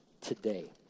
today